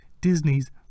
Disney's